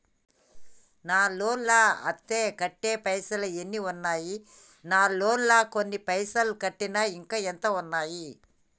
నా లోన్ లా అత్తే కట్టే పైసల్ ఎన్ని ఉన్నాయి నా లోన్ లా కొన్ని పైసల్ కట్టిన ఇంకా ఎంత ఉన్నాయి?